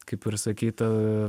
kaip ir sakyta